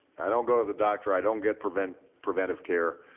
i don't go to the doctor. i don't get preventive preventive care.